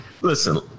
Listen